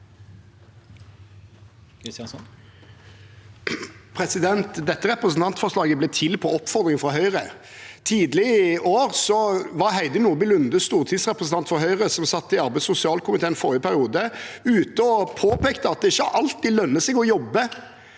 Dette represen- tantforslaget ble til etter oppfordring fra Høyre. Tidlig i år var Heidi Nordby Lunde, stortingsrepresentant for Høyre, som satt i arbeids- og sosialkomiteen i forrige periode, ute og påpekte at det ikke alltid lønner seg å jobbe.